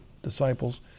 disciples